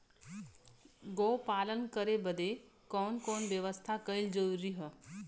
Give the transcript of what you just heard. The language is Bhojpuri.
गोपालन करे बदे कवन कवन व्यवस्था कइल जरूरी ह?